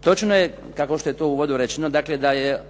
Točno je kao što je to u uvodu rečeno dakle da je